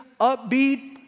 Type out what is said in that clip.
upbeat